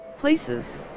Places